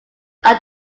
are